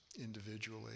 individually